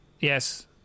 Yes